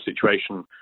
situation